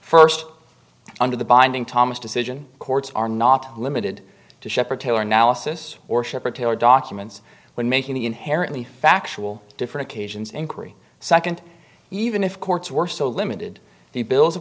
first under the binding thomas decision courts are not limited to shepherd taylor analysis or shepherd taylor documents when making the inherently factual different occasions inquiry second even if courts were so limited the bills